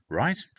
right